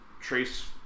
Trace